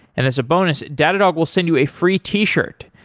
and as a bonus, datadog will send you a free t-shirt.